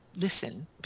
listen